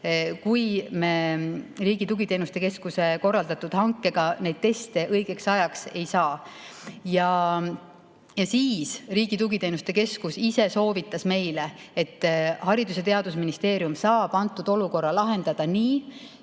kui me Riigi Tugiteenuste Keskuse korraldatud hankega neid teste õigeks ajaks ei saa. Ja siis Riigi Tugiteenuste Keskus ise soovitas meile, et Haridus- ja Teadusministeerium saab olukorra lahendada nii,